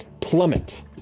plummet